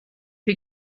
who